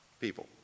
People